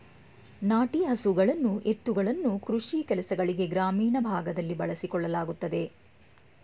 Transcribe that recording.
ನಾಟಿ ಹಸುಗಳನ್ನು ಎತ್ತುಗಳನ್ನು ಕೃಷಿ ಕೆಲಸಗಳಿಗೆ ಗ್ರಾಮೀಣ ಭಾಗದಲ್ಲಿ ಬಳಸಿಕೊಳ್ಳಲಾಗುತ್ತದೆ